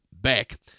back